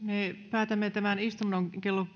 päätämme tämän istunnon